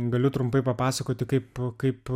galiu trumpai papasakoti kaip kaip